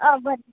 आं बरें